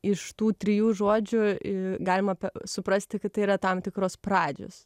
iš tų trijų žodžių i galima suprasti kad tai yra tam tikros pradžios